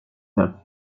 neuf